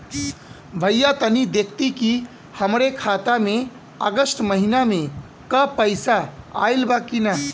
भईया तनि देखती की हमरे खाता मे अगस्त महीना में क पैसा आईल बा की ना?